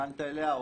שכיוונת אליה.